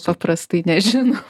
paprastai nežino